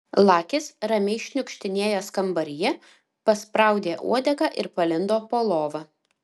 lakis ramiai šniukštinėjęs kambaryje paspraudė uodegą ir palindo po lova